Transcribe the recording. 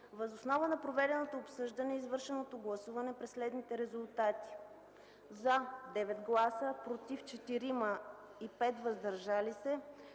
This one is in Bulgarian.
Въз основа на проведеното обсъждане и извършеното гласуване при следните резултати „за” – 9, „против” – 4, „въздържали се”